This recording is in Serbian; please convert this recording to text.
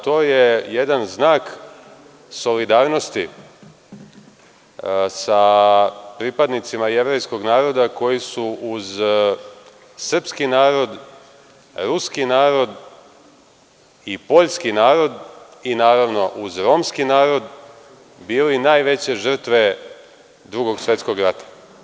To je jedan znak solidarnosti sa pripadnicima jevrejskog naroda koji su uz srpski narod, ruski narod i poljski narod i naravno uz romski narod bili najveće žrtve Drugog svetskog rata.